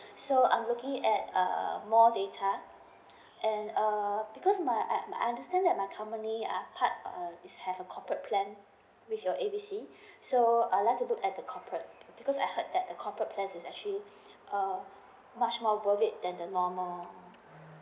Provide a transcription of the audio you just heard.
so I'm looking at uh more data and uh cause my I I understand that my company are part of uh is have a corporate plan with your A B C so I'd like to look at the corporate because I heard that the corporate plan is actually uh much more worth it and more